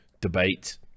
debate